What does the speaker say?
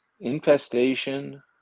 infestation